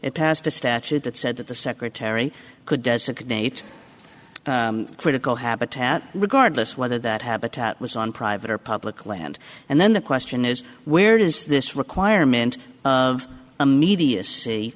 it passed a statute that said that the secretary could designate critical habitat regardless whether that habitat was on private or public land and then the question is where does this requirement of immediacy